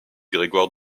grégoire